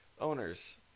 owners